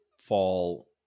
fall